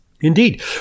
Indeed